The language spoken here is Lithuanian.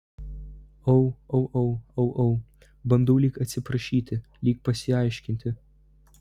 au au au au au bandau lyg atsiprašyti lyg pasiaiškinti